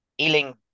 Ealing